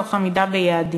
תוך עמידה ביעדים.